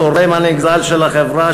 התורם הנגזל של החברה,